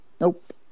Nope